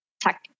tech